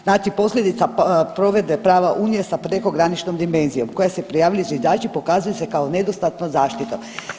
Znači posljedica provedbe prava unije sa prekograničnom dimenzijom koja se prijavljuju zviždači pokazuje se kao nedostatna zaštita.